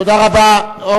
תודה רבה.